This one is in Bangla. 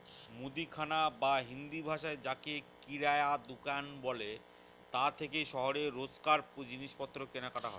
মুদিখানা বা হিন্দিভাষায় যাকে কিরায়া দুকান বলে তা থেকেই শহরে রোজকার জিনিসপত্র কেনাকাটা হয়